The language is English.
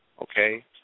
Okay